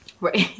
Right